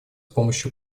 помощью